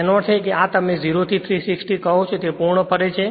તેનો અર્થ એ કે આ તમે જેને 0 થી 360 કહો છો તે પૂર્ણ ફરે છે